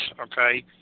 okay